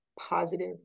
positive